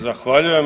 Zahvaljujem.